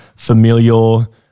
familial